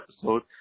episode